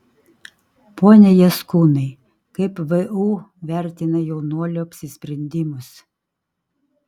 pone jaskūnai kaip vu vertina jaunuolių apsisprendimus